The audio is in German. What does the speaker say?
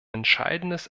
entscheidendes